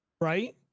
right